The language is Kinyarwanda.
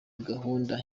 gahunda